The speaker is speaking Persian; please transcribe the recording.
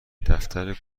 دفتر